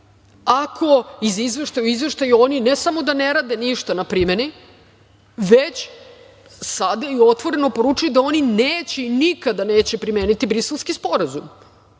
ako iz izveštaja u izveštaj oni samo da ne rade ništa na primeni već sada i otvoreno poručuju da oni neće i nikada neće primeniti Briselski sporazum. Dakle,